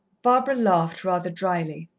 barbara laughed rather drily.